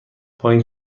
پایین